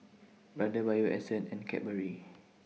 Brother Bio Essence and Cadbury